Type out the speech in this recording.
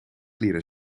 leren